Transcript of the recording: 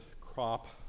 crop